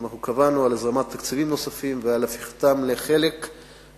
אנחנו קבענו הזרמת תקציבים נוספים והפיכתם לאחד